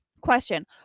question